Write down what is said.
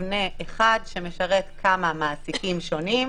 מתארים מצב מורכב של מבנה מורכב שמשרת כמה מעסיקים שונים.